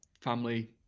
family